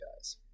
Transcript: guys